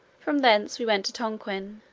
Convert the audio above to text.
from thence we went to tonquin,